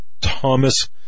Thomas